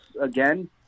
again